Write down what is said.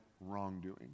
wrongdoing